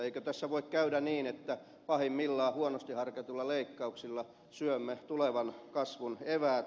eikö tässä voi käydä niin että pahimmillaan huonosti harkituilla leikkauksilla syömme tulevan kasvun eväät